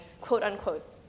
quote-unquote